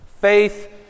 faith